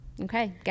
Okay